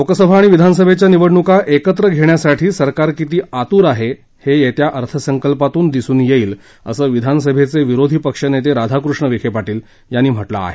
लोकसभा आणि विधानसभेच्या निवडणुका एकत्र घेण्यासाठी सरकार किती आतूर आहे ते येत्या अर्थसंकल्पातून दिसून येईल असं विधानसभेचे विरोधी पक्षनेते राधाकृष्ण विखेपाटील यांनी म्हटलं आहे